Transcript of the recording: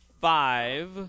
five